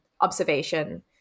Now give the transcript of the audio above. observation